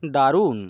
দারুণ